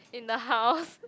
in the house